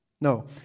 No